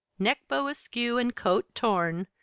neck-bow askew, and coat torn,